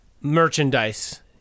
merchandise